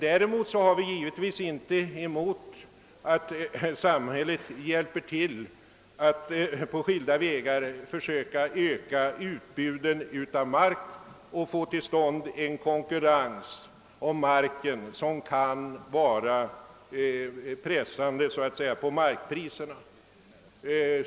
Däremot har vi givetvis ingenting emot att samhället hjälper till att på skilda sätt öka utbudet av mark och få till stånd en konkurrens om marken som kan verka pressande på markpriserna.